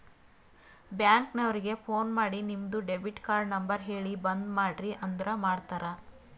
bank ನವರಿಗ phone ಮಾಡಿ ನಿಮ್ದು ಡೆಬಿಟ್ ಕಾರ್ಡ್ ನಂಬರ್ ಹೇಳಿ ಬಂದ್ ಮಾಡ್ರಿ ಅಂದುರ್ ಮಾಡ್ತಾರ